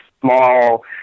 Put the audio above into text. small